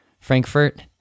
frankfurt